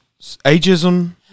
ageism